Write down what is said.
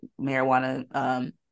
marijuana